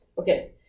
Okay